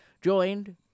joined